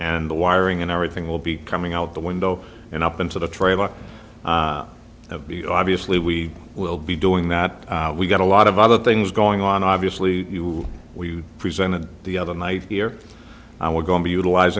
and the wiring and everything will be coming out the window and up into the trailer of b obviously we will be doing that we've got a lot of other things going on obviously we presented the other night here and we're going to be utiliz